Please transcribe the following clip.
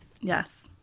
Yes